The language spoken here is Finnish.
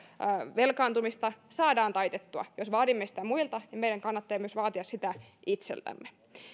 velkaantumista saadaan taitettua jos vaadimme sitä muilta niin meidän kannattaa myös vaatia sitä itseltämme